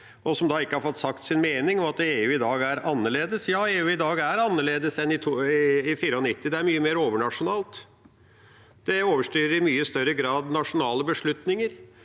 og som da ikke har fått sagt sin mening, og at EU i dag er annerledes. Ja, EU i dag er annerledes enn i 1994. Det er mye mer overnasjonalt, det overstyrer i mye større grad nasjonale beslutninger.